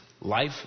life